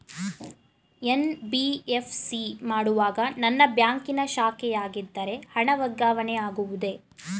NBFC ಮಾಡುವಾಗ ನನ್ನ ಬ್ಯಾಂಕಿನ ಶಾಖೆಯಾಗಿದ್ದರೆ ಹಣ ವರ್ಗಾವಣೆ ಆಗುವುದೇ?